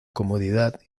comodidad